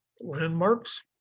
Landmarks